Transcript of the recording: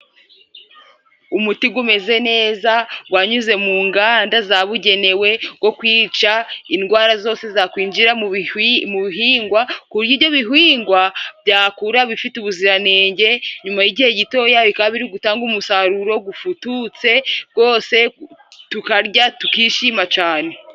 Umuti gumeze neza gwanyuze mu nganda zabugenewe, go kwica indwara zose zakwinjira mu bihingwa. Ku buryo ibyo bihwingwa byakura bifite ubuziranenge, nyuma y'igihe gitoya bikaba biri gutanga umusaruro gufututse, rwose tukarya tukishima cane.